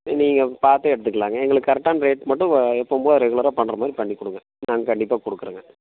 நீங்கள் பார்த்து எடுத்துக்கலாங்க எங்களுக்கு கரெக்டான ரேட் மட்டும் எப்போவும் போல் ரெகுலராக பண்ணுற மாதிரி பண்ணி கொடுங்க நாங்கள் கண்டிப்பாக கொடுக்குறோங்க